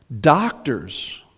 Doctors